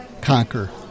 conquer